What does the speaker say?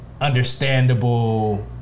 understandable